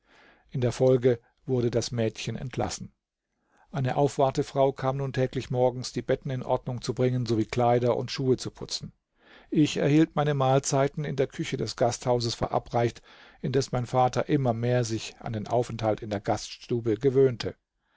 in der folge wurde das mädchen entlassen eine aufwartefrau kam nun täglich morgens die betten in ordnung zu bringen sowie kleider und schuhe zu putzen ich erhielt meine mahlzeiten in der küche des gasthauses verabreicht indes mein vater immer mehr sich an den aufenthalt in der gaststube gewöhnte